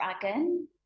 dragon